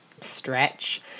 stretch